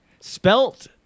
spelt